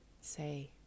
Say